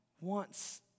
wants